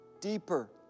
deeper